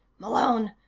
malone,